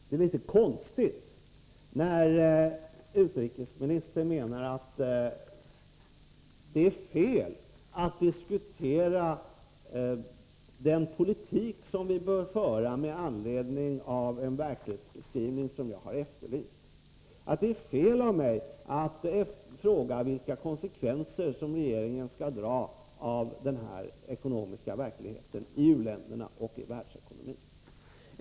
Det är litet konstigt att utrikesministern menar att det är fel att diskutera den politik som vi bör föra med anledning av en verklighetsbeskrivning som jag har efterlyst, att det är fel av mig att fråga vilka konsekvenser regeringen skall dra av denna ekonomiska verklighet i u-länderna och i världsekonomin.